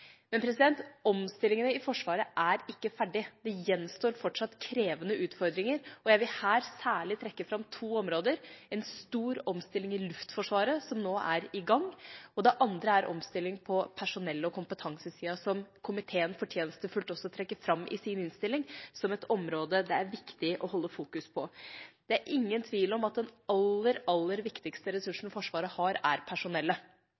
Men omstillingene i Forsvaret er ikke ferdig, det gjenstår fortsatt krevende utfordringer, og jeg vil her særlig trekke fram to områder: en stor omstilling i Luftforsvaret, som nå er i gang, og en omstilling på personell- og kompetansesida, som komiteen fortjenstfullt trekker fram i sin innstilling, som et område det er viktig å holde fokus på. Det er ingen tvil om at den aller, aller viktigste ressursen Forsvaret har, er personellet.